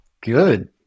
Good